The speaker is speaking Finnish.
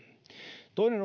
toinen